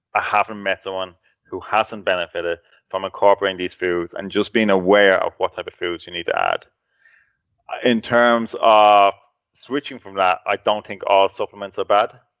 ah haven't met someone who hasn't benefited from incorporating these foods and just being aware of what type of foods you need to add in terms of switching from that, i don't think all supplements are bad.